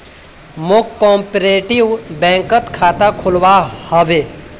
मौक कॉपरेटिव बैंकत खाता खोलवा हबे